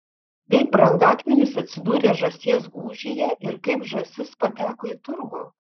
kaip brangakmenis atsidūrė žąsies gūžyje ir kaip žąsis pateko į turgų